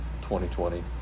2020